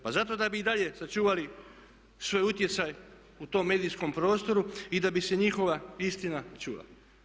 Pa zato da bi i dalje sačuvali svoj utjecaj u tom medijskom prostoru i da bi se njihova istina čula.